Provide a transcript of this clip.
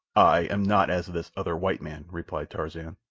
i am not as this other white man, replied tarzan.